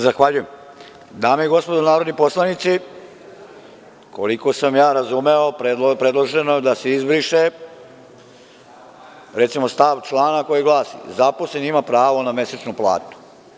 Dame i gospodo narodni poslanici, koliko sam razumeo bilo je predloženo da se izbriše recimo stav člana koji glasi – zaposleni ima pravo na mesečnu platu.